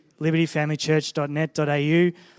libertyfamilychurch.net.au